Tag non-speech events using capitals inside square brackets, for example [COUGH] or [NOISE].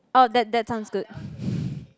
orh that that sounds good [BREATH]